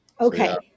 Okay